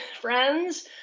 friends